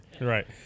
right